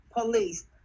police